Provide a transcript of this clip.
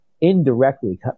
indirectly